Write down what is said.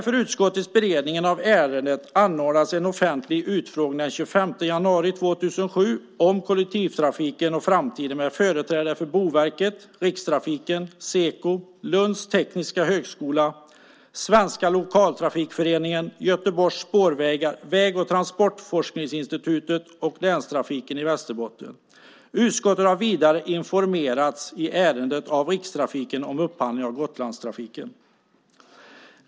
För utskottets beredning av ärendet anordnades en offentlig utfrågning den 25 januari 2007 om kollektivtrafiken och framtiden med företrädare för Boverket, Rikstrafiken, SEKO, Lunds tekniska högskola, Svenska lokaltrafikföreningen, Göteborgs spårvägar, Statens väg och transportforskningsinstitut och Länstrafiken Västerbotten. Utskottet har vidare informerats i ärendet av Rikstrafiken om upphandling av Gotlandstrafiken.